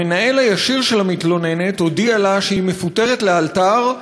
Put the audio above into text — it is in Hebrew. המנהל הישיר של המתלוננת הודיע לה שהיא מפוטרת לאלתר,